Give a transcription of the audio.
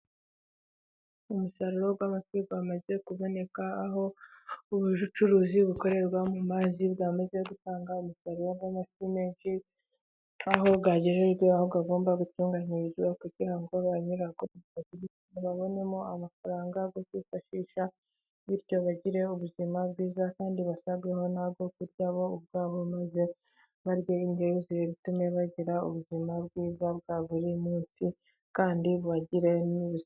Umusaruro w'amafi umaze kuboneka, aho ubu bucuruzi bukorerwa mu mazi bwamaze gutanga mafi menshi, wagejejwe aho agomba gutunganyirizwa, kugira ngo banyirayo babonemo amafaranga yo kwifashisha, bityo bagire ubuzima bwiza, kandi basagureho nayo kurya bo ubwabo, maze barye indyo yuzuye, bitume bagira ubuzima bwiza bwa buri munsi kandi bubagire n'umusaruro.